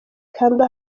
kanda